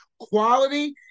quality